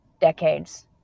decades